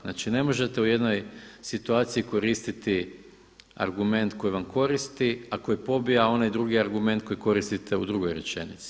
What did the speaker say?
Znači ne možete u jednoj situaciji koristiti argument koji vam koristi, a koji pobija onaj drugi argument koji koristiti u drugoj rečenici.